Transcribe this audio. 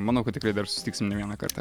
manau kad tikrai dar susitiksim ne vieną kartą